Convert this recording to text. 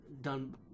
done